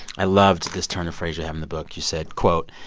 i loved this turn of phrase you have in the book. you said, quote,